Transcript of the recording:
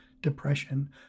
depression